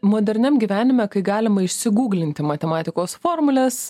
moderniam gyvenime kai galima išsiguglinti matematikos formules